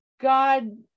God